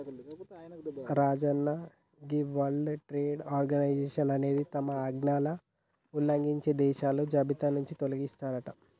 రాజన్న గీ World Trade Organization అనేది తమ ఆజ్ఞలను ఉల్లంఘించే దేశాల జాబితా నుంచి తొలగిస్తారట